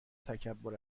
تکبر